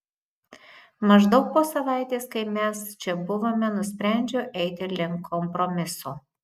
maždaug po savaitės kai mes čia buvome nusprendžiau eiti link kompromiso